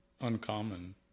uncommon